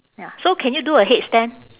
ya so can you do a headstand